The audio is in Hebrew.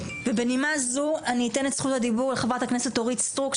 ובנימה זו אני אתן את זכות הדיבור לחברת הכנסת אורית סטרוק,